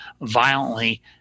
violently